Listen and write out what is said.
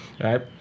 right